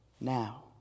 now